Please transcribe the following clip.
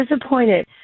disappointed